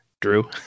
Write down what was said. Drew